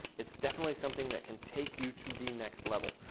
it's definitely something that can take you to the next level.